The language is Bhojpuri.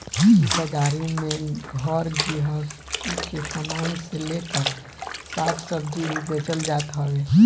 इ बाजारी में घर गृहस्ती के सामान से लेकर साग सब्जी भी बेचल जात हवे